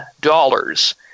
dollars